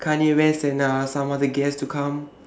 kanye west and uh some other guests to come